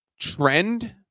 trend